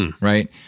Right